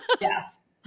Yes